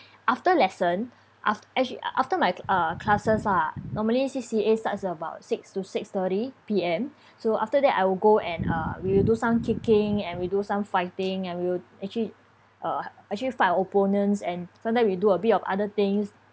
after lesson af~ actu~ after my uh classes lah normally C_C_A starts about six to six thirty P_M so after that I will go and uh we will do some kicking and we do some fighting and we will actually uh actually fight opponents and sometime we do a bit of other things